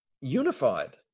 unified